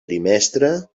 trimestre